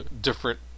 different